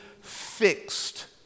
fixed